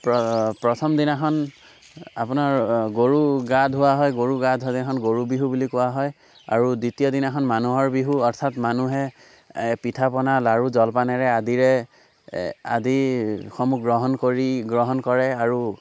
প্ৰ প্ৰথম দিনাখন আপোনাৰ গৰু গা ধুওৱা হয় গৰু গা ধোৱা দিনাখন গৰু বিহু বুলি কোৱা হয় আৰু দ্বিতীয় দিনাখন মানুহৰ বিহু অৰ্থাৎ মানুহে পিঠা পনা লাৰু জলপানেৰে আদিৰে আদিসমূহ গ্ৰহণ কৰি গ্ৰহণ কৰে আৰু